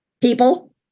People